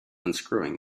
unscrewing